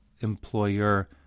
employer